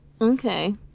okay